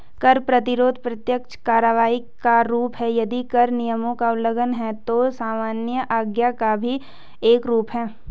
कर प्रतिरोध प्रत्यक्ष कार्रवाई का रूप है, यदि कर नियमों का उल्लंघन है, तो सविनय अवज्ञा का भी एक रूप है